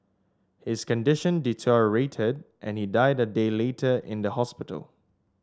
his condition deteriorated and he died a day later in the hospital